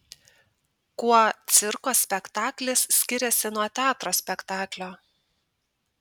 kuo cirko spektaklis skiriasi nuo teatro spektaklio